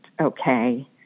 okay